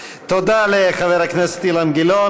תודה לחבר הכנסת אילן גילאון.